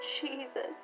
Jesus